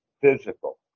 physical